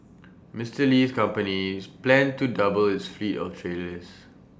Mister Li's companies plans to double its fleet of trailers